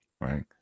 right